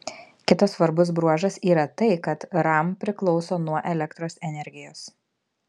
kitas svarbus bruožas yra tai kad ram priklauso nuo elektros energijos